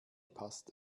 passt